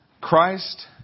Christ